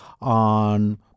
on